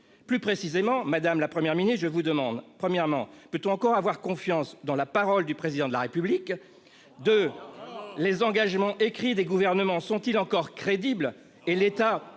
Plus précisément, madame la Première ministre, peut-on encore avoir confiance dans la parole du Président de la République ? -Non ! Les engagements écrits des gouvernements sont-ils encore crédibles ?